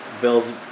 Bills